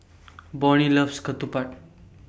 Bonny loves Ketupat